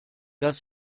das